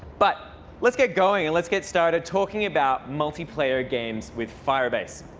but let's get going and let's get started talking about multiplayer games with firebase.